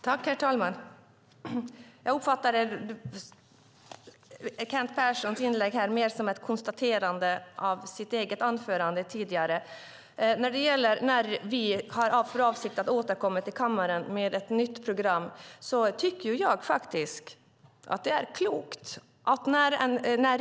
Herr talman! Jag uppfattade Kent Perssons inlägg mer som ett konstaterande av sitt eget tidigare anförande. När det gäller när vi har för avsikt att återkomma till kommaren med ett nytt program är det klokt att vänta.